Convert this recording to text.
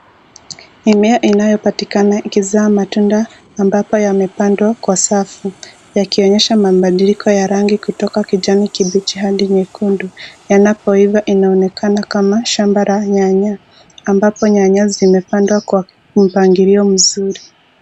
Eneo inayopatikana ikizaa matunda ambapo yamepandwa kwa safu yakionyesha mabadiliko ya rangi kutoka kijani kibichi hadi nyekundu. Yanapoiva inaonekana kama shamba la nyanya ambapo nyanya zimepandwa kwa mpangilio mzuri.